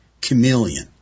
chameleon